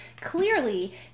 Clearly